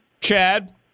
Chad